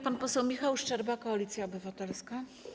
Pan poseł Michał Szczerba, Koalicja Obywatelska.